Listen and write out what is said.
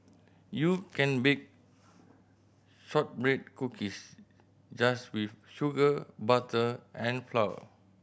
you can bake shortbread cookies just with sugar butter and flour